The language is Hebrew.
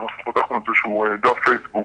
אנחנו פתחנו איזה שהוא דף פייסבוק